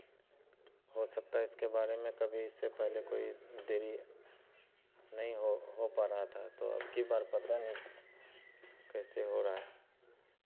हो सकता है इसके बारे में कभी इससे पहले कोई देरी नहीं हो हो पा रहा था तो अबकी बार पता नहीं किस कैसे हो रहा है